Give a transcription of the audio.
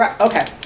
okay